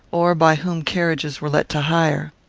or by whom carriages were let to hire.